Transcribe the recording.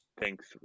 thanks